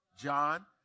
John